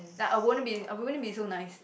like I wouldn't be I wouldn't be so nice